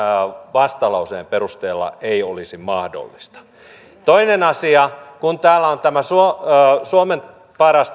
vastalauseenne perusteella ei olisi mahdollista toinen asia kun täällä on mainittu tämä suomen suomen paras